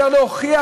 יותר להוכיח,